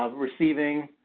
ah receiving